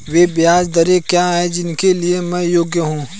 वे ब्याज दरें क्या हैं जिनके लिए मैं योग्य हूँ?